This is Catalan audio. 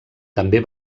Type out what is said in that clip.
també